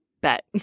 bet